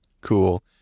Cool